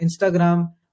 Instagram